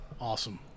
Awesome